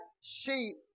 sheep